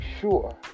sure